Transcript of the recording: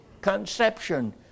conception